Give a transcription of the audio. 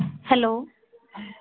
hello